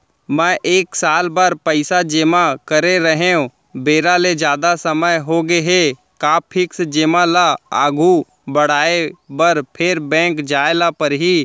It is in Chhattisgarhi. मैं एक साल बर पइसा जेमा करे रहेंव, बेरा ले जादा समय होगे हे का फिक्स जेमा ल आगू बढ़ाये बर फेर बैंक जाय ल परहि?